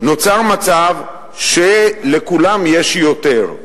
נוצר מצב שלכולם יש יותר.